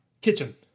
Kitchen